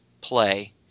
play